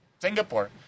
Singapore